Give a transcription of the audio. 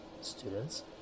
students